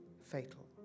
fatal